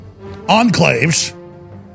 enclaves